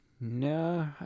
No